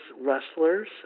wrestlers